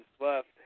left